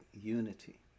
unity